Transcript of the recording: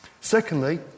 Secondly